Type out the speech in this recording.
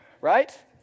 Right